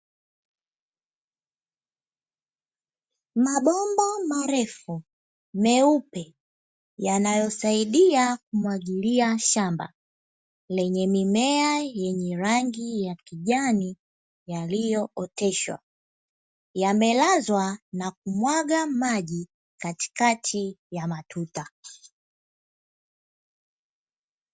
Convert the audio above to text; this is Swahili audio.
Mabomba marefu meupe yanayosaidia kumwagilia shamba, lenye mimea yenye rangi ya kijani yaliyooteshwa. Yamelazwa na kumwaga maji, katikati ya matuta.